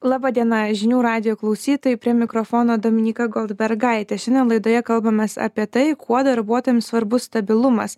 laba diena žinių radijo klausytojai prie mikrofono dominyka goldbergaitė šiandien laidoje kalbamės apie tai kuo darbuotojams svarbus stabilumas